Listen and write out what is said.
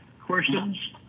questions